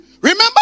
Remember